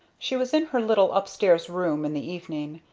she was in her little upstairs room in the evening.